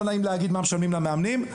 לא נעים להגיד מה משלמים למאמנים.